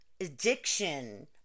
addiction